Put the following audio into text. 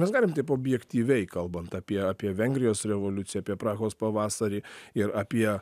mes galim taip objektyviai kalbant apie apie vengrijos revoliuciją apie prahos pavasarį ir apie